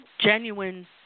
genuine